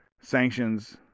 sanctions